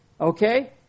Okay